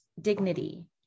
dignity